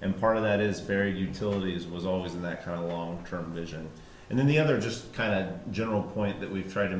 and part of that is very utilities was always in that kind of long term vision and then the other just kind of a general point that we're trying to